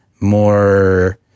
more